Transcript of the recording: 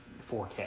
4k